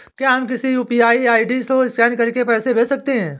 क्या हम किसी यू.पी.आई आई.डी को स्कैन करके पैसे भेज सकते हैं?